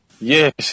Yes